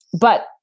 But-